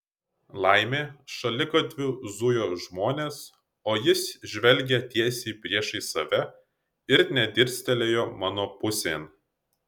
laimė šaligatviu zujo žmonės o jis žvelgė tiesiai priešais save ir nė nedirstelėjo mano pusėn